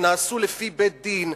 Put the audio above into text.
שנעשו לפי בית-דין,